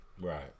Right